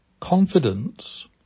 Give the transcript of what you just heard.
confidence